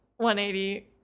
180